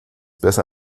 besser